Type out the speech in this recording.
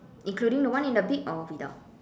including the one in the beak or without